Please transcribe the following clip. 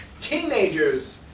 teenagers